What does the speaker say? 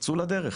צאו לדרך.